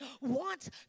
wants